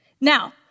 Now